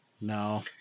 No